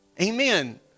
Amen